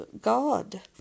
God